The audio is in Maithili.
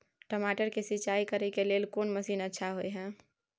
टमाटर के सिंचाई करे के लेल कोन मसीन अच्छा होय है